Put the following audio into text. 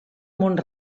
mont